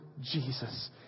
Jesus